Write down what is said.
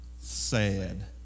sad